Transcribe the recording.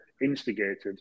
instigated